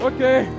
Okay